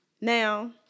Now